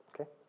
Okay